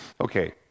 Okay